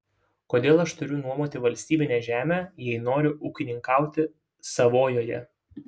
kodėl aš turiu nuomoti valstybinę žemę jei noriu ūkininkauti savojoje